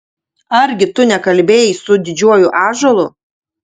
argi tu nekalbėjai su didžiuoju ąžuolu